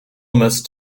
missed